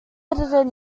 edited